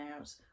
out